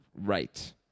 Right